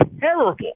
terrible